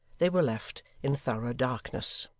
they were left in thorough darkness.